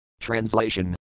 Translation